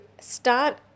start